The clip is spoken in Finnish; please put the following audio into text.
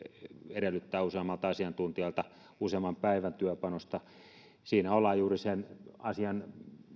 edellyttää useammalta asiantuntijalta useamman päivän työpanosta siinä ollaan juuri sen asian